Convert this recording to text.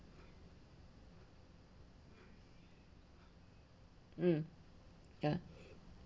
mm ya